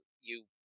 You-